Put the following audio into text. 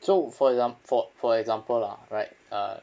so for exam~ for for example lah right uh